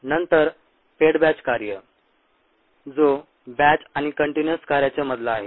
नंतर fed batch कार्य जो बॅच आणि कंटीन्यूअस कार्याच्या मधला आहे